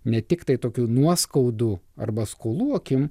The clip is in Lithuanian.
ne tiktai tokių nuoskaudų arba skolų akim